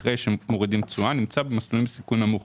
אחרי שמורידים תשואה נמצא במסלולים בסיכון נמוך.